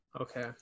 Okay